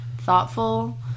thoughtful